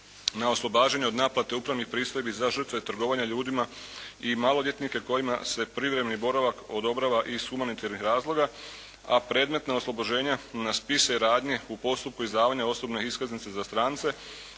na oslobađanje od naplate upravnih pristojbi za žrtve trgovanja ljudima i maloljetnike kojima se privremeni boravak odobrava iz humanitarnih razloga, a predmetna oslobođenja na spise i radnje u postupku izdavanja osobne iskaznice za strance